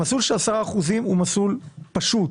המסלול של ה-10% הוא מסלול פשוט.